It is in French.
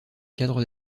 cadre